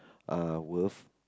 uh worth